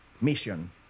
mission